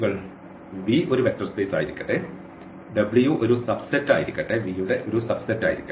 V ഒരു vector space ആയിരിക്കട്ടെ W ഒരു സബ് സെറ്റായിരിക്കട്ടെ